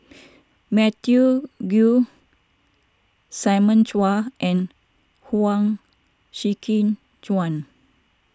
Matthew Ngui Simon Chua and Huang Shiqi Joan